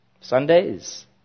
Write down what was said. Sundays